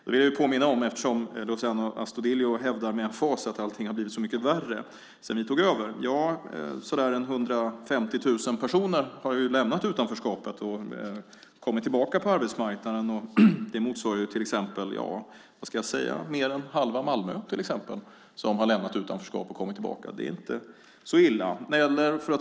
Eftersom Luciano Astudillo med emfas hävdar att allting har blivit så mycket värre sedan vi tog över vill jag påminna om hur det är. Ja, så där en 150 000 personer har lämnat utanförskapet och kommit tillbaka till arbetsmarknaden. De som har lämnat utanförskapet och kommit tillbaka i arbete motsvarar mer än halva Malmö till exempel. Det är inte så illa.